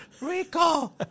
Rico